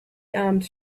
armed